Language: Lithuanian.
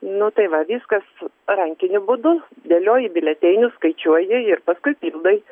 nu tai va viskas rankiniu būdu dėlioji biuletenius skaičiuoji ir paskui pildai